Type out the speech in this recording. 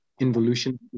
involution